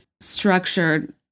structured